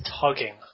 tugging